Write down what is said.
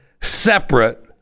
separate